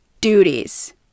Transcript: duties